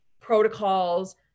protocols